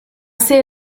ser